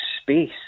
space